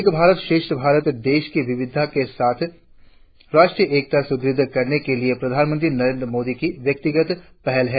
एक भारत श्रेष्ठ भारत देश की विविधता के साथ राष्ट्रीय एकता सुदृढ़ करने के लिए प्रधानमंत्री नरेंद्र मोदी की व्यक्तिगत पहल है